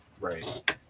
Right